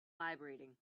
vibrating